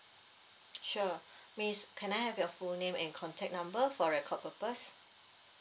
sure miss can I have your full name and contact number for record purpose